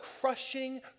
crushing